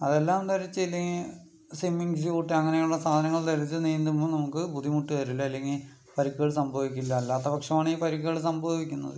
അതെല്ലാം ധരിച്ചില്ലെങ്കിൽ swimming suit അങ്ങനെയുള്ള സാധനങ്ങള് ധരിച്ച് നീന്തുമ്പോൾ നമുക്ക് ബുദ്ധിമുട്ട് വരില്ല അല്ലെങ്കിൽ പരുക്കുകൾ സംഭവിക്കില്ല അല്ലാത്ത പക്ഷമാണെങ്കിൽ പരുക്കുകൾ സംഭവിക്കുന്നത്